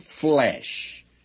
flesh